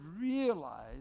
realize